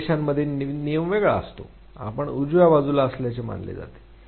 काही देशांमध्ये नियम वेगळा असतो आपण उजव्या बाजूला असल्याचे मानले जाते